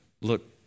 look